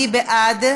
מי בעד?